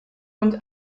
und